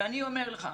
אני אומר לך,